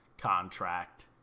contract